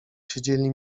siedzieli